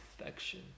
affection